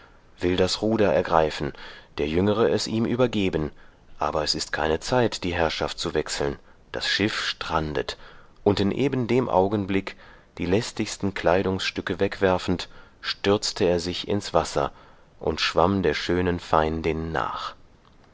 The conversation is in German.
will das ruder ergreifen der jüngere es ihm übergeben aber es ist keine zeit die herrschaft zu wechseln das schiff strandet und in eben dem augenblick die lästigsten kleidungsstücke wegwerfend stürzte er sich ins wasser und schwamm der schönen feindin nach